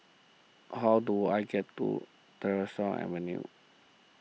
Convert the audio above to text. how do I get to Tyersall Avenue